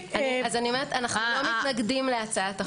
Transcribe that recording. אנו לא מתנגדים להצעת החוק.